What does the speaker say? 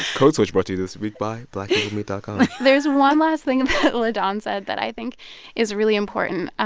code switch brought to you this week by blackpeoplemeet dot com there's one last thing that ladawn said that i think is really important. ah